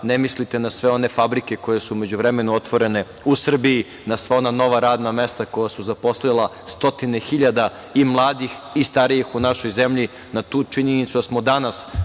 ne mislite na sve one fabrike koje su u međuvremenu otvorene u Srbiji, na sva ona nova radna mesta koja su zaposlila stotine hiljada i mladih i starijih u našoj zemlji, na tu činjenicu da smo danas